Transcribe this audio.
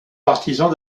partisans